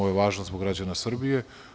Ovo je važno zbog građana Srbije.